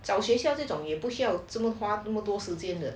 找学校这种也不需要这么花那么多时间的